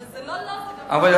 אבל זה לא לו, זה